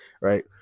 right